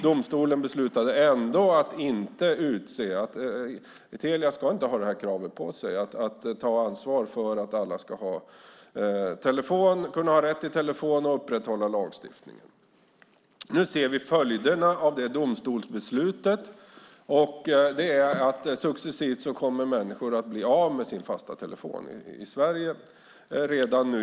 Domstolen beslutade ändå att Telia inte ska ha kravet på sig att ta ansvar för att alla ska ha rätt till telefon och att upprätthålla lagstiftningen. Nu ser vi följderna av det domstolsbeslutet. Människor kommer redan i vår successivt att bli av med sin fasta telefon i Sverige.